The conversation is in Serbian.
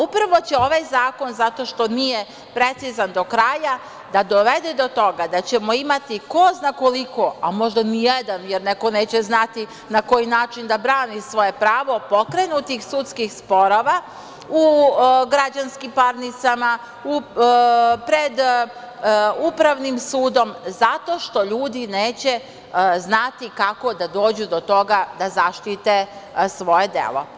Upravo će ovaj zakon zato što nije precizan do kraja da dovede to toga da ćemo imati ko zna koliko, a možda ni jedan jer neko neće znati na koji način da brani svoje pravo pokrenutih sudskih sporova u građanskim parnicama, pred Upravnim sudom zato što ljudi neće znati kako da dođu do toga da zaštite svoje delo.